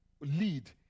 lead